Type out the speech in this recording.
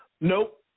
Nope